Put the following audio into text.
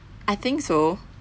I think so